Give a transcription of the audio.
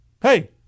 hey